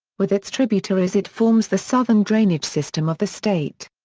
with its tributaries, it forms the southern drainage system of the state.